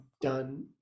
done